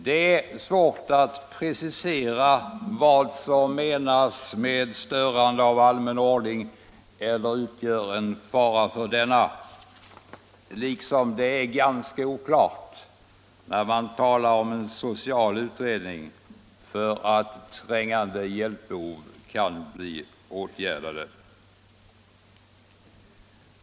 Det är svårt att precisera vad som menas med störande av allmän ordning eller vad som utgör en fara för denna, liksom det är ganska oklart när man talar om en social utredning för att trängande hjälpbehov kan bli åtgärdade.